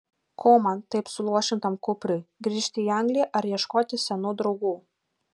ko man taip suluošintam kupriui grįžti į angliją ar ieškoti senų draugų